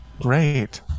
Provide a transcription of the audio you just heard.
Great